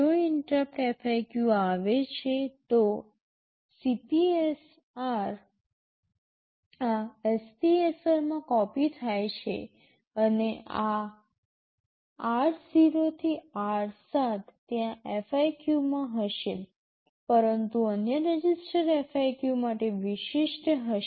જો interrupt FIQ આવે છે તો CPSR આ SPSR માં કોપિ થાય છે અને આ r0 થી r7 ત્યાં FIQ માં હશે પરંતુ અન્ય રજિસ્ટર FIQ માટે વિશિષ્ટ હશે